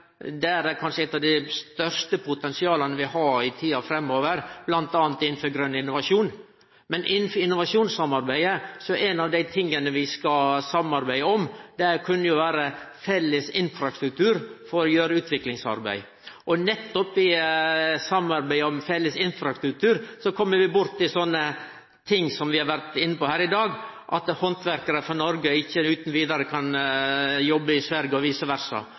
Der er kanskje eit av dei største potensiala vi har i tida framover, bl.a. innanfor grøn innovasjon. Men innanfor innovasjonssamarbeidet kunne ein av dei tinga vi kunne samarbeide om, vere felles infrastruktur for å gjere utviklingsarbeid. Nettopp i samarbeidet om felles infrastruktur kjem vi borti slike ting som vi har vore inne på her i dag, at handverkarar frå Noreg ikkje utan vidare kan jobbe i Sverige og vice versa.